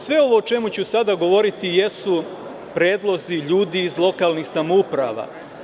Sve ovo o čemu ću sada govoriti jesu predlozi ljudi iz lokalnih samouprava.